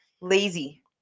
Lazy